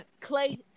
Clay